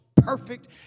perfect